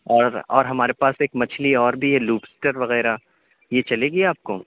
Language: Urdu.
اور اور ہمارے پاس ایک مچھلی اور بھی ہے لوسٹر وغیرہ یہ چلے گی آپ کو